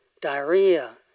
diarrhea